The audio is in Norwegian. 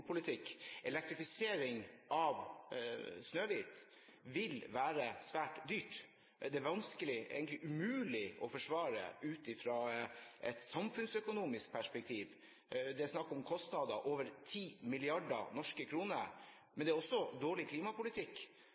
Elektrifisering av Snøhvit vil være svært dyrt. Det er vanskelig – egentlig umulig – å forsvare det ut fra et samfunnsøkonomisk perspektiv. Det er snakk om kostnader på over 10 mrd. norske kroner. Men det er også dårlig klimapolitikk,